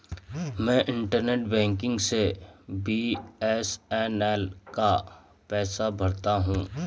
मैं internet banking से बी.एस.एन.एल का पैसा भरता हूं